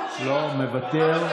מוותר,